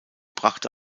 brachte